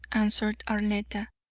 answered arletta,